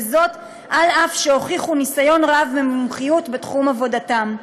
אף שהוכיחו ניסיון רב ומומחיות בתחום עבודתם.